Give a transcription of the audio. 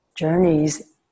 Journeys